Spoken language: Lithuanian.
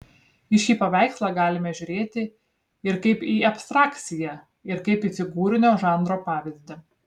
į šį paveikslą galime žiūrėti ir kaip į abstrakciją ir kaip į figūrinio žanro pavyzdį